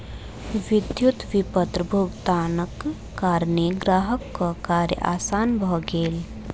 विद्युत विपत्र भुगतानक कारणेँ ग्राहकक कार्य आसान भ गेल